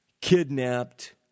kidnapped